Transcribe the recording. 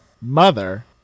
mother